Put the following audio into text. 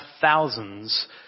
thousands